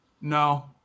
No